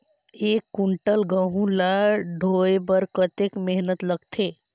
एक कुंटल गहूं ला ढोए बर कतेक मेहनत लगथे?